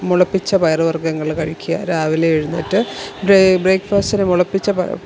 മുളപ്പിച്ച പയറുവർഗ്ഗങ്ങൾ കഴിക്കുക രാവിലെ എഴുന്നേറ്റ് ബ്രെ ബ്രേക് ഫാസ്റ്റിന് മുളപ്പിച്ച പ